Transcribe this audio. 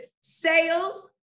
sales